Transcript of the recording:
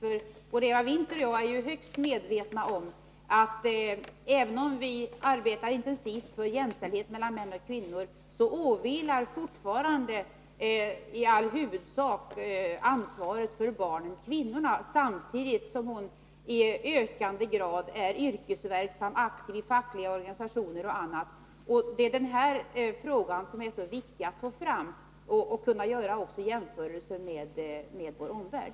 Både Eva Winther och jag är ju högst medvetna om att även om vi arbetar intensivt för jämställdhet mellan män och kvinnor, åvilar ansvaret för barnen fortfarande i huvudsak kvinnan, samtidigt som hon i ökande grad är yrkesverksam, aktiv i fackliga organisationer och annat. Det är denna fråga som är viktig att få fram, liksom möjligheten att göra jämförelser med vår omvärld.